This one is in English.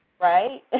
right